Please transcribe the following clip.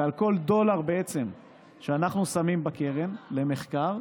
ועל כל דולר בעצם שאנחנו שמים בקרן למחקר,